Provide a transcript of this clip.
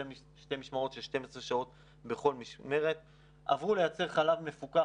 כלומר כל משמרת היא של 12 שעות,